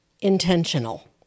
intentional